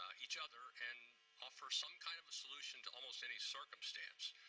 each other and offer some kind of a solution to almost any circumstance.